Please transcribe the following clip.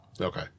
Okay